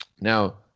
Now